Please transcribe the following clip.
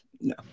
no